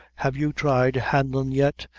have you tried hanlon yet,